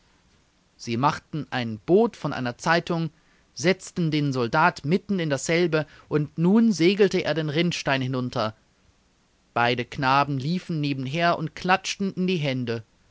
sie machten ein boot von einer zeitung setzten den soldat mitten in dasselbe und nun segelte er den rinnstein hinunter beide knaben liefen nebenher und klatschten in die hände